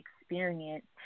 experience